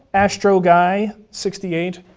astro guy sixty eight,